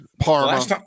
Parma